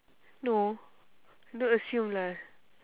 no don't assume lah